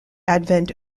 advent